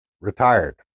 Retired